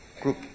group